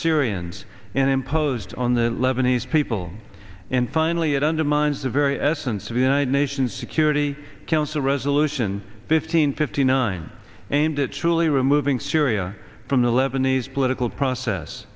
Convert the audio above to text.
syrians and imposed on the lebanese people and finally it undermines the very essence of united nations security council resolution fifteen fifty nine aimed at truly removing syria from the lebanese political process